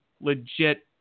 legit